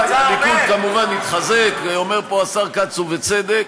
הליכוד כמובן התחזק, אומר פה השר כץ, ובצדק.